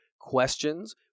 questions